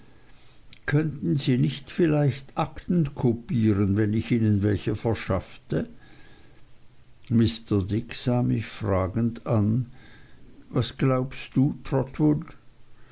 könnten sie nicht vielleicht akten kopieren wenn ich ihnen welche verschaffte mr dick sah mich fragend an was glaubst du